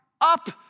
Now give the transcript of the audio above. up